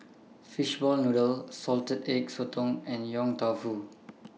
Fishball Noodle Salted Egg Sotong and Yong Tau Foo